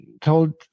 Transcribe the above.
told